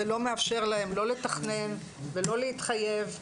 זה לא מאפשר להם לא לתכנן ולא להתחייב,